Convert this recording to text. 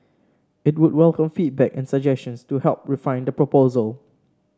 it would welcome feedback and suggestions to help refine the proposals